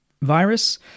virus